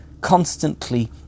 constantly